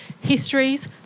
histories